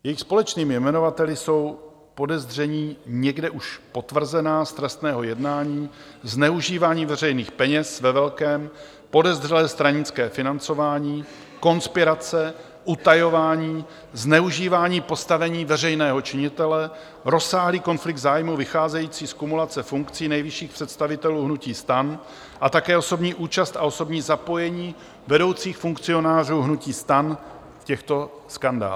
Jejich společnými jmenovateli jsou podezření, někde už potvrzená, z trestného jednání, zneužívání veřejných peněz ve velkém, podezřelé stranické financování, konspirace, utajování, zneužívání postavení veřejného činitele, rozsáhlý konflikt zájmů vycházející z kumulace funkcí nejvyšších představitelů hnutí STAN a také osobní účast a osobní zapojení vedoucích funkcionářů hnutí STAN v těchto skandálech.